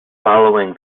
following